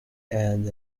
and